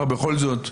האם אפשר בכל זאת,